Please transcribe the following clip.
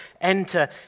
enter